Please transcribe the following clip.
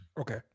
Okay